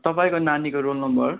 तपाईँको नानीको roll number